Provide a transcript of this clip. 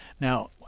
Now